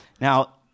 Now